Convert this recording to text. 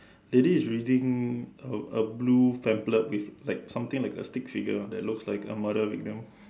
Daddy is reading a a blue pamphlet with like something like a stick figure that looks like a murder victim